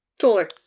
Taller